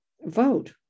vote